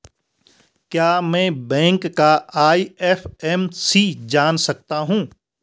क्या मैं बैंक का आई.एफ.एम.सी जान सकता हूँ?